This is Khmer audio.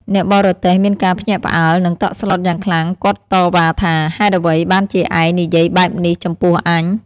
អ្នកបរទេះមានការភ្ញាក់ផ្អើល និងតក់ស្លុតយ៉ាងខ្លាំងគាត់តវ៉ាថា ហេតុអ្វីបានជាឯងនិយាយបែបនេះចំពោះអញ។